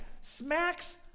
smacks